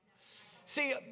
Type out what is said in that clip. See